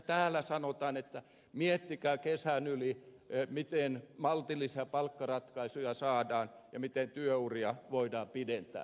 täällä sanotaan että miettikää kesän yli miten maltillisia palkkaratkaisuja saadaan ja miten työuria voidaan pidentää